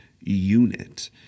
unit